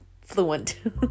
fluent